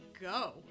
go